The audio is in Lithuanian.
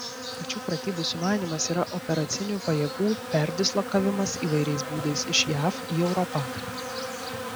pačių pratybų sumanymas yra operacinių pajėgų perdislokavimas įvairiais būdais iš jav į europą